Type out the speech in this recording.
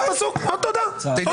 מאחר והפסקה הזאת,